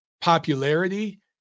popularity